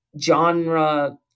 genre